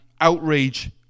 outrage